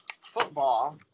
football